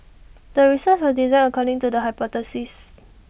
the research was designed according to the hypothesis